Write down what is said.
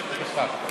סבטלובה.